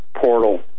portal